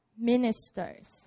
ministers